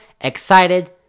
excited